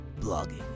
blogging